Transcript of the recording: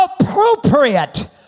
appropriate